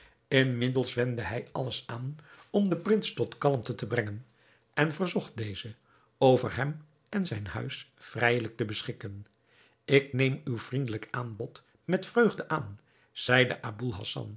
inmiddels wendde hij alles aan om den prins tot kalmte te brengen en verzocht dezen over hem en zijn huis vrijelijk te beschikken ik neem uw vriendelijk aanbod met vreugde aan zeide